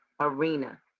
arena